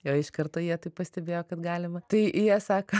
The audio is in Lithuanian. jau iš karto jie tai pastebėjo kad galima tai jie sako